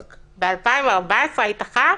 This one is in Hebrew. ב-2014 היית ח"כ?